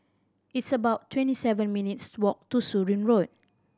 it's about twenty seven minutes' walk to Surin Road